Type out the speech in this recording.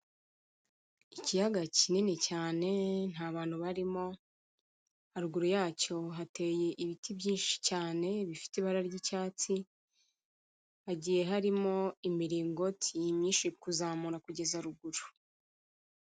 Ikiyaga kinini cyane, nta bantu barimo. Haruguru yacyo hateye ibiti byinshi cyane, bifite ibara ry'icyatsi. Hagiye harimo imiringoti myinshi kuzamura kugeza ha ruguru.